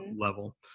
level